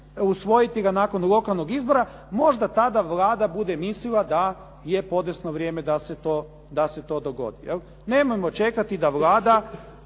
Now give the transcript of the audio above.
usvojiti ga nakon lokalnog izbora. Možda tada Vlada bude mislila da je podesno vrijeme da se to dogodi. Nemojmo čekati da Vlada